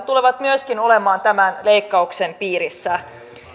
tulevat olemaan tämän leikkauksen piirissä